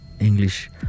English